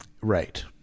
Right